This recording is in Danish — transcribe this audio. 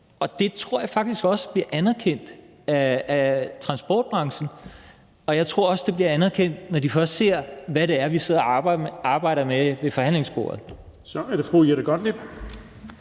det tror jeg faktisk også bliver anerkendt af transportbranchen. Jeg tror også, det bliver anerkendt, når de først ser, hvad det er, vi sidder og arbejder med ved forhandlingsbordet.